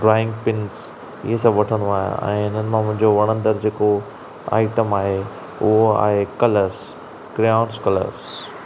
drawing pins इह सभु वठंदो आहियां ऐं हिननि में मुंहिंजो वणंदड़ु जेको आईटम आहे उहो आहे कलर्स क्रेओंस कलर्स